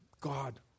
God